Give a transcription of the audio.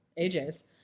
AJ's